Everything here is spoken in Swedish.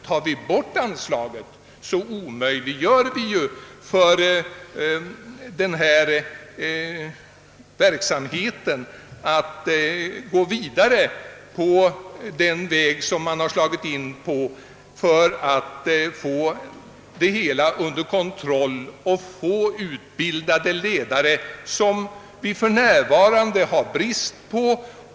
Tar vi bort anslaget omöjliggör vi ju att denna verksamhet föres vidare på den väg som man har slagit in på för att bringa det hela under kontroll och skaffa utbildade ledare, som det för närvarande råder brist på.